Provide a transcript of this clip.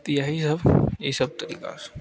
त यही सब यही सब तरीका से